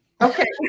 Okay